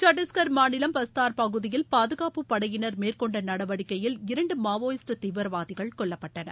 சட்டீஸ்கர் மாநிலம் பஸ்தார் பகுதியில் பாதுகாப்பு படையினர் மேற்கொண்ட நடவடிக்கையில் இரண்டு மாவோயிஸ்ட் தீவிரவாதிகள் கொல்லப்பட்டனர்